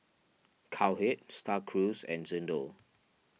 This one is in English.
Cowhead Star Cruise and Xndo